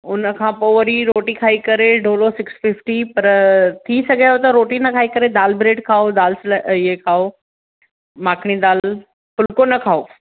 उनखां पोइ वरी रोटी खाई करे डोलो सिक्स फिफ्टी पर थी सघेव त रोटी न खाई करे दाल ब्रैड खाओ दाल फ्रा इहे खाओ माखिनी दाल फुल्को न खाओ